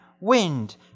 wind